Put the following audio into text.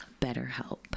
BetterHelp